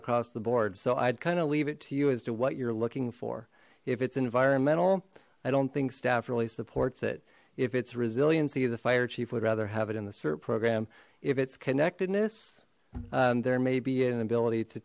across the board so i'd kind of leave it to you as to what you're looking for if it's environmental i don't think staff really supports it if its resiliency the fire chief would rather have it in the cert program if its connectedness there may be an ability to